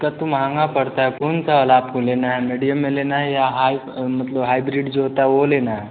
तब तो महंगा पड़ता है कौनसा वाला आपको लेना है मीडियम में लेना है या हाई मतलब हाइब्रिड जो होता है वह लेना है